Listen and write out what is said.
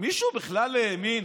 מישהו בכלל האמין,